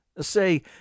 Say